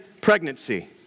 pregnancy